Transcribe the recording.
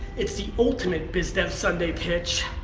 it's the ultimate biz dev sunday pitch.